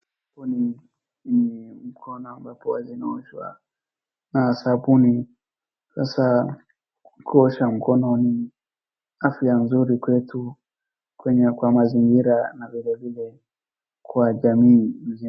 Ni mikono ambazo zinoshwa na sabuni, sasa kuosha mkono ni afya nzuri kwetu kwenye kwa mazingira na vilevile kwa jamii.